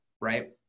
right